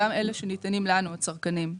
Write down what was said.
גם אלה שניתנים לנו, הצרכנים.